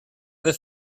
have